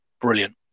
brilliant